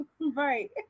right